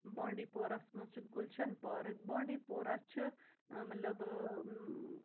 بانٛڈی پورہَس منٛز چھِ گُلشَن پارٕک بانٛڈی پورہ چھِ مطلب